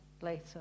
later